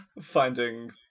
Finding